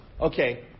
okay